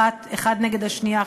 האחת נגד השנייה,